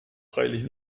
freilich